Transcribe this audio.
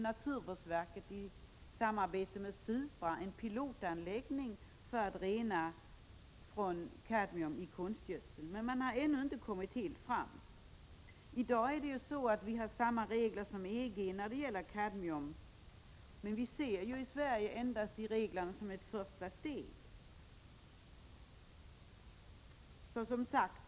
Naturvårdsverket har i samarbete med Supra en pilotanläggning för att ta bort kadmium ur konstgödsel, men något fullgott resultat har ännu inte uppnåtts. Vi har i dag i Sverige samma regler som EG när det gäller kadmium, men vi ser de reglerna endast som ett första steg.